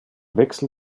wechsel